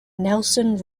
nelson